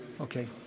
Okay